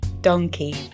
Donkey